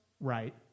Right